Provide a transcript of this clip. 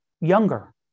younger